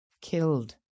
Killed